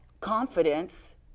confidence